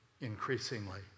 increasingly